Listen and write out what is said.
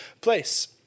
place